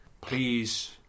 please